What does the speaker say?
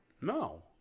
No